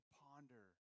ponder